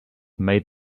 made